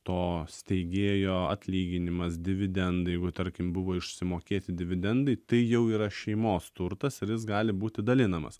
to steigėjo atlyginimas dividendai jeigu tarkim buvo išsimokėti dividendai tai jau yra šeimos turtas ir jis gali būti dalinamas